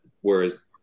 whereas